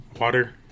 water